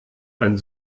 ein